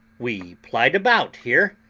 we plied about here,